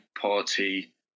Party